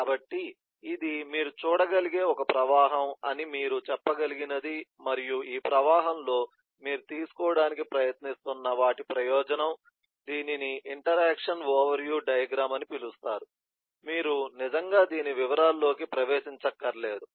కాబట్టి ఇది మీరు చూడగలిగే ఒక ప్రవాహం అని మీరు చెప్పగలిగినది మరియు ఈ ప్రవాహంలో మీరు తీసుకోవడానికి ప్రయత్నిస్తున్న వాటి ప్రయోజనం దీనిని ఇంటరాక్షన్ ఓవర్ వ్యూ డయాగ్రమ్ అని పిలుస్తారు మీరు నిజంగా దీని వివరాల్లోకి ప్రవేశించక్కరలేదు